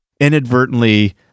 inadvertently